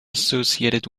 associated